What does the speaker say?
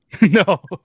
No